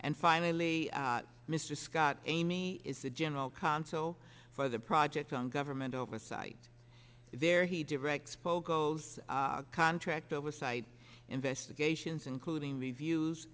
and finally mr scott amy is the general counsel for the project on government oversight where he directs pogos contract oversight investigations including the views